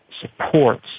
supports